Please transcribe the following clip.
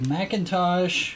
Macintosh